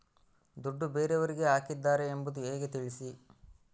ದುಡ್ಡು ಬೇರೆಯವರಿಗೆ ಹಾಕಿದ್ದಾರೆ ಎಂಬುದು ಹೇಗೆ ತಿಳಿಸಿ?